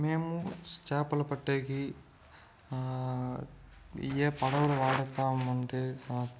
మేము చేపలు పట్టేకి ఏ పడవులు వాడతాం అంటే